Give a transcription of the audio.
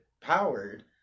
powered